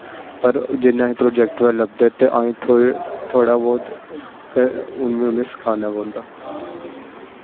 पर जिसलै अस प्रोजैक्ट लब्भदे ते थोह्ड़ा बौह्त इयां इयां सखाना पौंदा